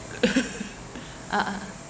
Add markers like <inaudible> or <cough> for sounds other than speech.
<laughs> ah ah